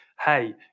hey